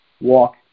walk